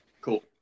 Cool